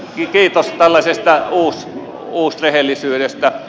kiitos tällaisesta uusrehellisyydestä